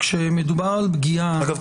שכאשר מדובר על פגיעה -- אגב,